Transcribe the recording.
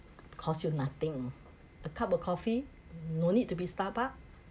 costs you nothing a cup of coffee no need to be Starbucks